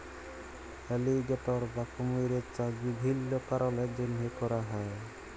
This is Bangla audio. এলিগ্যাটর বা কুমিরের চাষ বিভিল্ল্য কারলের জ্যনহে ক্যরা হ্যয়